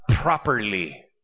properly